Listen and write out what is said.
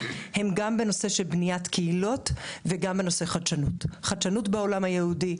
הם גם בנושא בניית קהילות וגם בנושא חדשנות חדשנות בעולם היהודי,